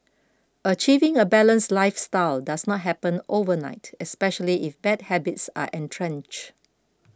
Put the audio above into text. achieving a balanced lifestyle does not happen overnight especially if bad habits are entrench